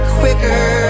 quicker